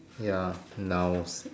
ya nouns